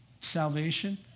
salvation